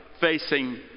facing